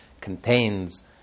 contains